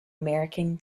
american